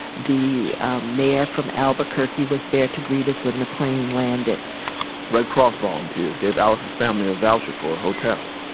the mayor from albuquerque was there to greet us when the plane landed red cross volunteers gave alice's family a voucher for a hotel.